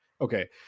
Okay